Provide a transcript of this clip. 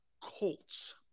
Colts